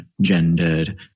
gendered